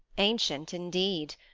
ancient, indeed!